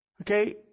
Okay